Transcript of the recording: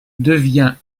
devient